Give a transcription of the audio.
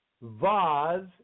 Vaz